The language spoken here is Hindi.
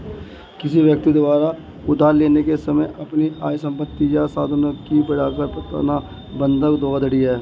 किसी व्यक्ति द्वारा उधार लेने के समय अपनी आय, संपत्ति या साधनों की बढ़ाकर बताना बंधक धोखाधड़ी है